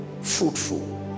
fruitful